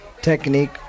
technique